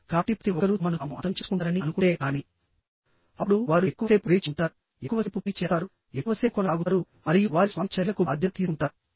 కాబట్టి ప్రతి ఒక్కరూ తమను తాము అంతం చేసుకుంటారని అనుకుంటే కానీఅప్పుడు వారు ఎక్కువసేపు వేచి ఉంటారు ఎక్కువసేపు పని చేస్తారు ఎక్కువసేపు కొనసాగుతారు మరియు వారి స్వంత చర్యలకు బాధ్యత తీసుకుంటారు